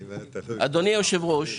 אדוני היושב ראש,